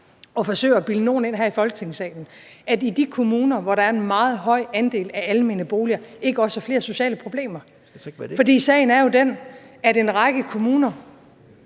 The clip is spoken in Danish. og forsøger at bilde nogen ind her i Folketingssalen, at i de kommuner, hvor der er en meget høj andel af almene boliger, er der ikke også flere sociale problemer. For sagen er jo den, at en række kommuner